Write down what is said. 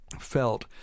felt